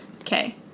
Okay